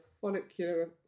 follicular